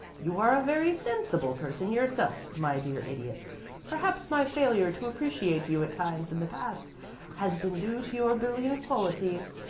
you are a very sensible person yourself, my dear idiot perhaps my failure to appreciate you at times in the past has been due to your brilliant qualities,